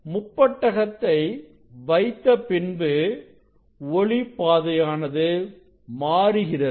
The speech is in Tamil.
முப்பட்டகத்தை வைத்த பின்பு ஒளி பாதையானது மாறுகிறது